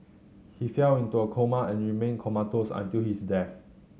he fell into a coma and remained comatose until his death